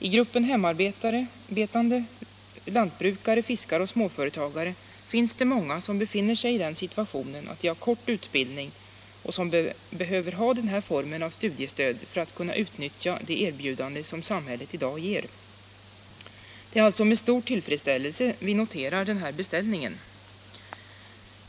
I grupperna hemarbetande, lantbrukare, fiskare och småföretagare finns det många som har kort utbildning och behöver den här formen av studiestöd för att kunna utnyttja de erbjudanden som samhället i dag ger. Det är alltså med stor tillfredsställelse vi noterar den här beställningen.